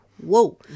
whoa